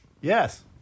Yes